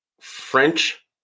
French